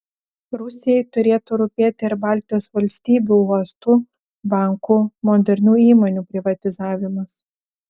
rusijai turėtų rūpėti ir baltijos valstybių uostų bankų modernių įmonių privatizavimas